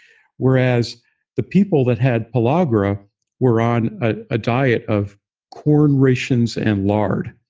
whereas the people that had pellagra were on a ah diet of corn rations and lard.